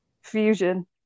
Fusion